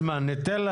האלה.